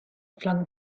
flung